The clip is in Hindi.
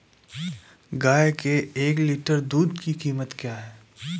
गाय के एक लीटर दूध की कीमत क्या है?